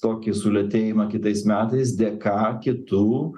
tokį sulėtėjimą kitais metais dėka kitų